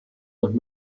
und